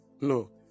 No